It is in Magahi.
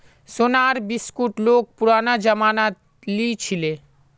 सोनार बिस्कुट लोग पुरना जमानात लीछीले